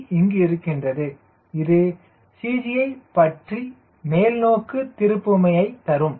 c இங்கு இருக்கிறது இது CG யைப்பற்றி மேல் நோக்கு திருப்புமையை தரும்